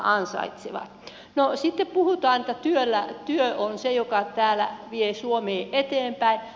no sitten puhutaan että työ on se joka täällä vie suomea eteenpäin